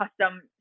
custom